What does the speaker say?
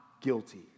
guilty